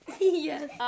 yes